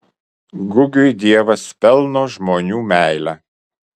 gugiui dievas pelno žmonių meilę